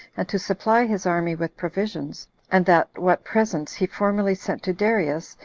and to supply his army with provisions and that what presents he formerly sent to darius,